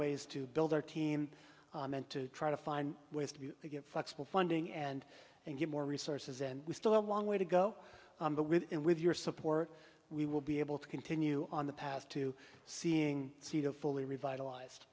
ways to build our team meant to try to find ways to get flexible funding and and get more resources and we still have a long way to go in with your support we will be able to continue on the path to seeing sita fully revitalize